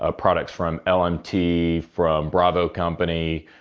ah products from l and t, from bravo company,